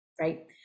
right